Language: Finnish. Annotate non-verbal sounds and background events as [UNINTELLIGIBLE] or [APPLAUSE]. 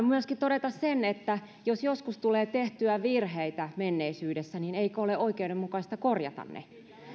[UNINTELLIGIBLE] myöskin todeta sen että jos joskus on tullut tehtyä virheitä menneisyydessä niin eikö ole oikeudenmukaista korjata ne